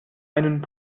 einen